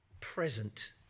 present